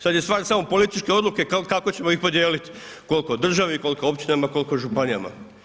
Sad je stvar samo političke odluke kako ćemo ih podijelit, kolko državi, kolko općinama, kolko županijama.